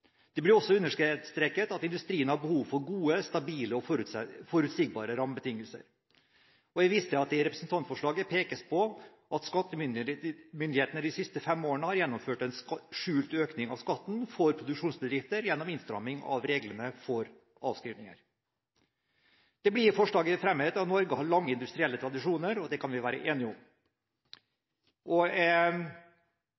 Det blir også understreket at industrien har behov for gode, stabile og forutsigbare rammebetingelser. Jeg viser til at det i representantforslaget pekes på at skattemyndighetene i de siste fem årene har gjennomført en skjult økning av skatten for produksjonsbedrifter gjennom innstramming av reglene for avskrivning. Det blir i forslaget framhevet at Norge har lange industrielle tradisjoner, og det kan vi være enige om.